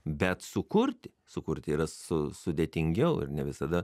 bet sukurti sukurti yra su sudėtingiau ir ne visada